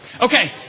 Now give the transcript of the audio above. Okay